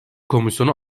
komisyonu